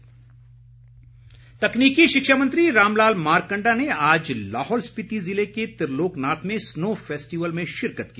मारकंडा तकनीकी शिक्षा मंत्री रामलाल मारकंडा ने आज लाहौल स्पिति ज़िले के त्रिलोकनाथ में स्नो फैस्टिवल में शिरक्त की